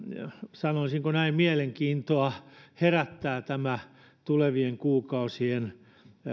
sanoisinko näin mielenkiintoa herättää tämä tulevien kuukausien